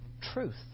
truth